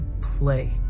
play